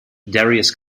darius